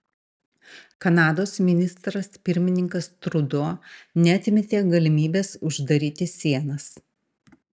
kanados ministras pirmininkas trudo neatmetė galimybės uždaryti sienas